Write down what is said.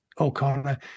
O'Connor